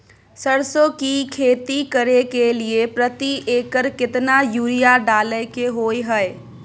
सरसो की खेती करे के लिये प्रति एकर केतना यूरिया डालय के होय हय?